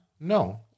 no